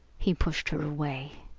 he pushed her away.